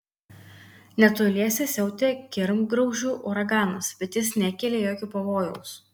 netoliese siautė kirmgraužų uraganas bet jis nekėlė jokio pavojaus